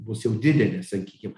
bus jau didelė sakykim